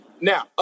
Now